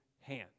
hand